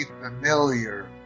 familiar